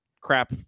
Crap